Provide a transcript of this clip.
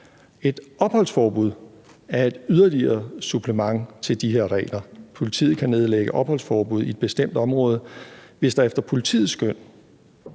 Et opholdsforbud er et yderligere supplement til de her regler. Politiet kan nedlægge opholdsforbud i et bestemt område, at hvis det efter politiets skøn